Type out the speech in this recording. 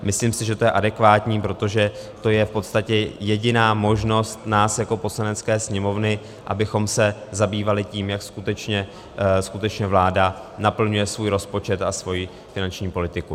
Myslím si, že to je adekvátní, protože to je v podstatě jediná možnost nás jako Poslanecké sněmovny, abychom se zabývali tím, jak skutečně vláda naplňuje svůj rozpočet a svoji finanční politiku.